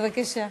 בבקשה.